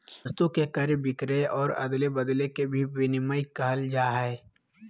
वस्तु के क्रय विक्रय और अदले बदले के भी विनिमय कहल जाय हइ